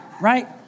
right